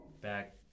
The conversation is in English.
Back